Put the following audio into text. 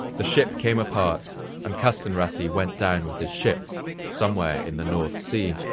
the ship came apart and kastanrassi went down with his ship somewhere in the north sea.